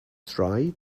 try